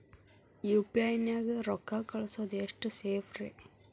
UPI ನ್ಯಾಗ ರೊಕ್ಕ ಕಳಿಸೋದು ಎಷ್ಟ ಸೇಫ್ ರೇ?